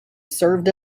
served